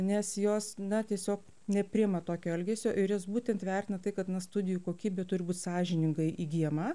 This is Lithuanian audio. nes jos na tiesiog nepriima tokio elgesio ir jos būtent vertina tai kad na studijų kokybė turi būt sąžiningai įgyjama